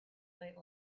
late